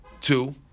two